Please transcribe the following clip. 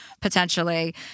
potentially